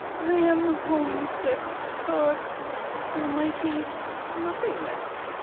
i am home sick for the mighty nothingness.